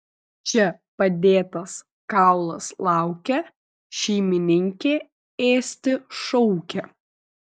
čia padėtas kaulas laukia šeimininkė ėsti šaukia